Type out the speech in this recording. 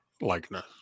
likeness